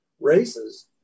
races